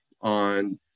on